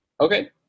Okay